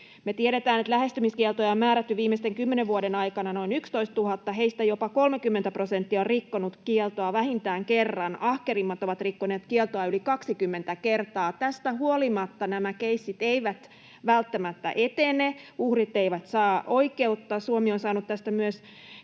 Me tiedetään, että lähestymiskieltoja on määrätty viimeisten kymmenen vuoden aikana noin 11 000. Näistä jopa 30 prosentissa on rikottu kieltoa vähintään kerran, ahkerimmat ovat rikkoneet kieltoa yli 20 kertaa. Tästä huolimatta nämä keissit eivät välttämättä etene, uhrit eivät saa oikeutta. Suomi on saanut tästä myös kritiikkiä